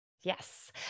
Yes